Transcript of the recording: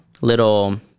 little